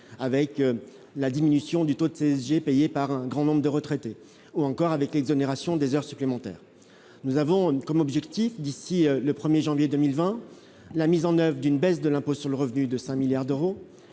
avec la diminution du taux de CSG payée par un grand nombre de retraités, ou encore avec l'exonération des heures supplémentaires, nous avons comme objectif, d'ici le 1er janvier 2020 la mise en oeuvre d'une baisse de l'impôt sur le revenu de 5 milliards d'euros